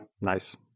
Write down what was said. Nice